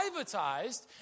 privatized